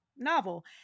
novel